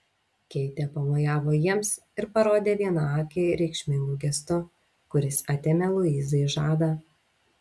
keitė pamojavo jiems ir parodė vieną akį reikšmingu gestu kuris atėmė luizai žadą